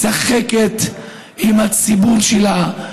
משחקת עם הציבור שלה,